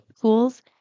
tools